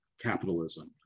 capitalism